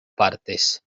partes